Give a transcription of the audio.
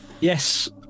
Yes